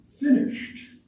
finished